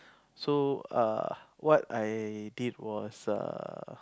so err what I did was err